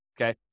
okay